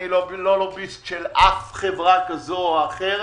אני לא לוביסט של אף חברה כזו או אחרת.